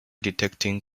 detecting